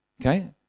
Okay